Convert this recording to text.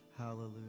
Hallelujah